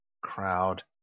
crowd